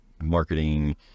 marketing